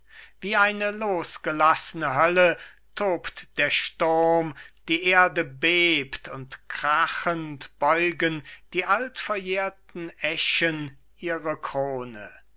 wie eine losgelaßne hölle tobt der sturm die erde bebt und krachend beugen die alt verjährten eschen ihre krone